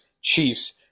Chiefs